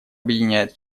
объединяет